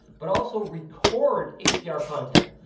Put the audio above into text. but also record hdr content.